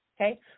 okay